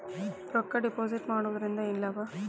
ರೊಕ್ಕ ಡಿಪಾಸಿಟ್ ಮಾಡುವುದರಿಂದ ಏನ್ ಲಾಭ?